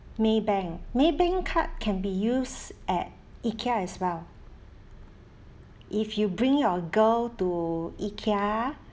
maybank maybank card can be used at ikea as well if you bring your girl to ikea